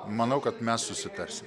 manau kad mes susitarsim